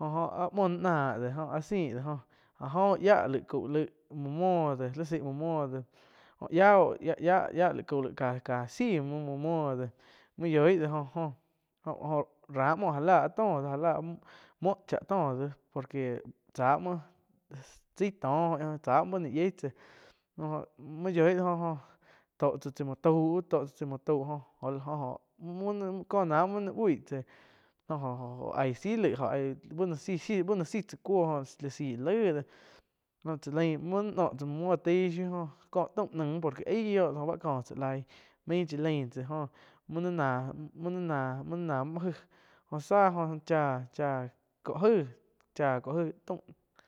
jo-jo áh muoh nain náh áh ziih do jóh áh oh yáh cau laig muo muoh de tsi sih muo muoh de yáh oh yá cá-cá si muoh, muo muoh dé main yoih de jo-jo-jo ra muoh já lah toh ja lá muo cha tóh por que cha muoh tsai tóh jo tsa muo báh no yieh tsá jo main yoih do, jo-jo tóh tza chai muo tau jo-jo-jo, koh náh muoh nain ui tsá jo-jo oh aih ziih laig bu no siih tsá cuoh lá ziih laih dá go cha lain bu no noh chi taig shiu có taun nain por que aíh oh do jo bá ko tsá laig main tsa lain tsa jó muo nain nah muoh náh múh aig sáh jo chá chaá co aig taum.